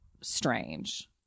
strange